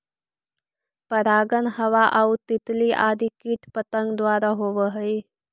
परागण हवा आउ तितली आदि कीट पतंग द्वारा होवऽ हइ